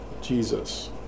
jesus